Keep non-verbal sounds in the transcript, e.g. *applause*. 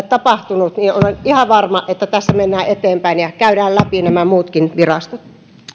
*unintelligible* tapahtunut olen ihan varma että tässä mennään eteenpäin ja käydään läpi muutkin virastot